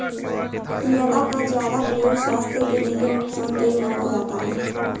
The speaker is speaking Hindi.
मैदा का ज्यादा प्रयोग स्वास्थ्य के लिए नुकसान देय माना जाता है